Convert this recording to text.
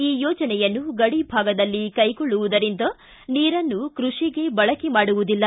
ಈ ಯೋಜನೆಯನ್ನು ಗಡಿ ಭಾಗದಲ್ಲಿ ಕೈಗೊಳ್ಳುವುದರಿಂದ ನೀರನ್ನು ಕೃಷಿಗೆ ಬಳಕೆ ಮಾಡುವುದಿಲ್ಲ